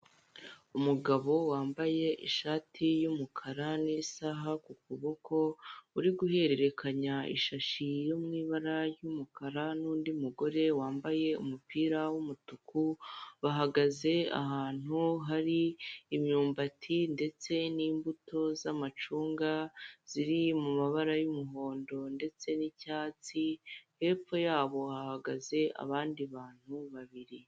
Umugabo wambaye ishati y'umukara n'isaha ku kuboko, uri guhererekanya isashi yo mu ibara ry'umukara n'undi mugore wambaye umupira w'umutuku, bahagaze ahantu hari imyumbati ndetse n'imbuto z'amacunga ziri mu mabara y'umuhondo ndetse n'icyatsi, hepfo yabo hahagaze abandi bantu babiri.